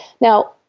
Now